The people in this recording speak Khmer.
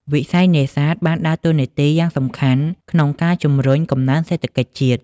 វិស័យនេសាទបានដើរតួនាទីយ៉ាងសំខាន់ក្នុងការជំរុញកំណើនសេដ្ឋកិច្ចជាតិ។